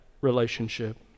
relationship